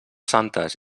santes